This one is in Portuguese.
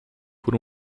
por